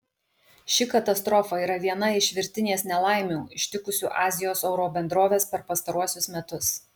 ši katastrofa yra viena iš virtinės nelaimių ištikusių azijos oro bendroves per pastaruosius metus